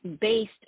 based